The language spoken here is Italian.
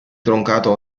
troncato